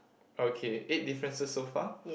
okay eight differences so far